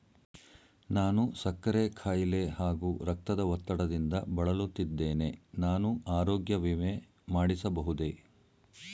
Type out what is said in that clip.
ನಾನು ಸಕ್ಕರೆ ಖಾಯಿಲೆ ಹಾಗೂ ರಕ್ತದ ಒತ್ತಡದಿಂದ ಬಳಲುತ್ತಿದ್ದೇನೆ ನಾನು ಆರೋಗ್ಯ ವಿಮೆ ಮಾಡಿಸಬಹುದೇ?